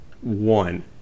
one